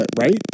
right